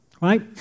right